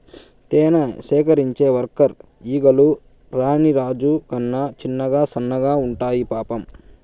తేనె సేకరించే వర్కర్ ఈగలు రాణి రాజు కన్నా చిన్నగా సన్నగా ఉండాయి పాపం